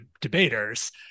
debaters